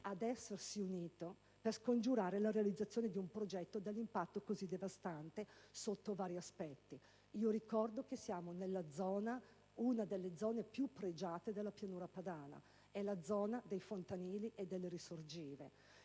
ad essersi unito per scongiurare la realizzazione di un progetto dall'impatto così devastante sotto vari aspetti. Ricordo che siamo in una delle zone più pregiate della pianura padana, la zona dei fontanili e delle risorgive,